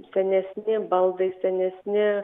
senesni baldai senesni